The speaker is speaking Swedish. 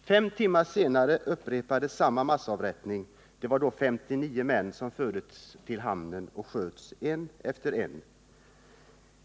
Fem timmar senare upprepades samma massavrättning. Det var då 59 män som fördes till hamnen och sköts en efter en.